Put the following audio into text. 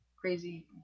crazy